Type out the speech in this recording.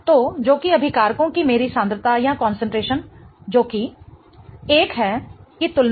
तो जो कि अभिकारको की मेरी सांद्रता जो कि 1 है की तुलना में 10 पावर 11 है सही है